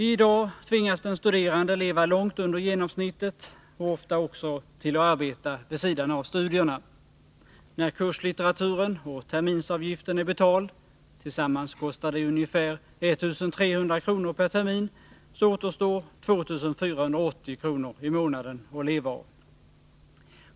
I dag tvingas den studerande att leva långt under genomsnittet och ofta också till att arbeta vid sidan av studierna. När kurslitteraturen och terminsavgiften är betald — tillsammans kostar det ungefär 1300 kr. per termin — så återstår 2 480 kr. i månaden att leva av.